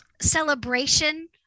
celebration